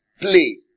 play